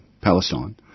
Palestine